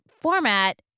format